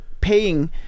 paying